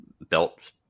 belt